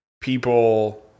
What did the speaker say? people